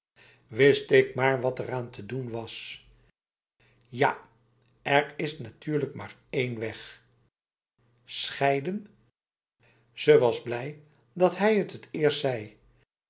wist ik maar wat eraan te doen was ja er is natuurlijk maar één weg scheidenf ze was blij dat hijzelf het t eerst zei